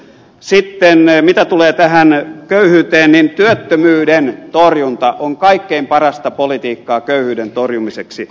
sitten mitä tulee tähän köyhyyteen työttömyyden torjunta on kaikkein parasta politiikkaa köyhyyden torjumiseksi